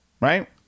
Right